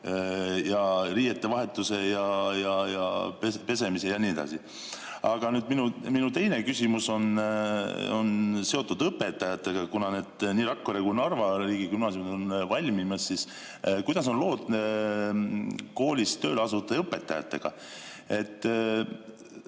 riiete vahetuse ja pesemise ja nii edasi. Aga minu teine küsimus on seotud õpetajatega, kuna nii Rakvere kui ka Narva riigigümnaasium on valmimas. Kuidas on lood koolis tööle asuvate õpetajatega?